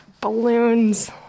Balloons